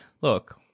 look